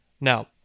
Now